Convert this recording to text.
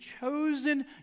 chosen